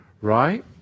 right